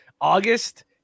August